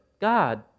God